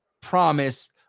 promised